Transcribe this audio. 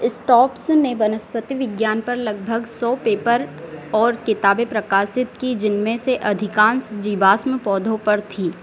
इस्टॉप्स ने वनस्पति विज्ञान पर लगभग सौ पेपर और किताबें प्रकाशित कीं जिनमें से अधिकान्श जीवाश्म पौधों पर थीं